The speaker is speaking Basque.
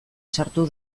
sartu